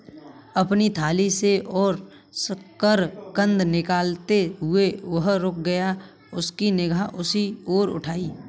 अपनी थाली से और शकरकंद निकालते हुए, वह रुक गया, अपनी निगाह उसकी ओर उठाई